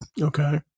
okay